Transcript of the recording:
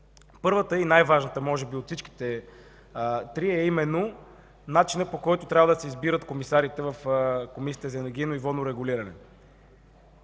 Първият и най-важният от всичките три е може би начинът, по който трябва да се избират комисарите в Комисията за енергийно и водно регулиране.